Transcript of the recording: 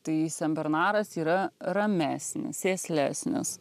tai senbernaras yra ramesnis sėslesnis